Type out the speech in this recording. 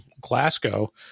Glasgow